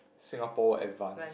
Singapore would advance